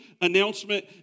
announcement